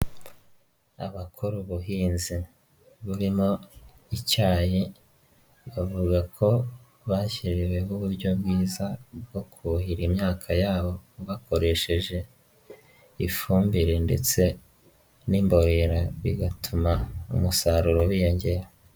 Abakora ubuhinzi burimo icyayi bavuga ko bashyiriweho uburyo bwiza bwo kuhira imyaka yabo bakoresheje ifumbire ndetse n'imborera bigatuma umusaruro wiyongera.